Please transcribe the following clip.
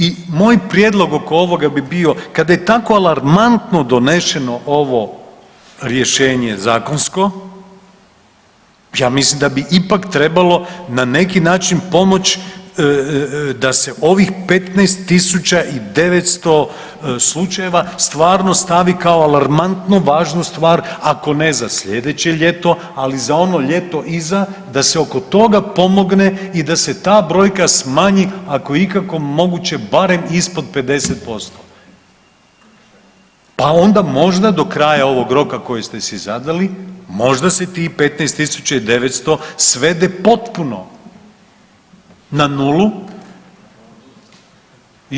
I moj prijedlog oko ovoga bi bio kada je tako alarmantno donešeno ovo rješenje zakonsko, ja mislim da bi ipak trebalo na neki način pomoć da se ovih 15.900 slučajeva stvarno stavi kao alarmantno važnu stvar ako ne za sljedeće ljeto, ali za ono ljeto iza da se oko toga pomogne i da se ta brojka smanji ako je ikako moguće barem ispod 50%, pa onda možda do kraja ovog roka koje ste si zadali, možda se tih 15.900 svede potpuno na nulu.